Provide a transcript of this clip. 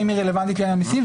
האם היא רלוונטית לענייני המסים?